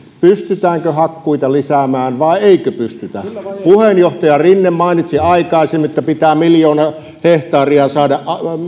pystytäänkö hakkuita lisäämään vai eikö pystytä puheenjohtaja rinne mainitsi aikaisemmin että pitää miljoona hehtaaria saada